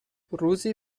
روزی